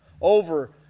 Over